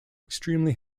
extremely